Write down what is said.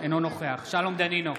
אינו נוכח שלום דנינו,